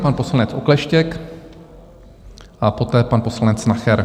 Pan poslanec Okleštěk a poté pan poslanec Nacher.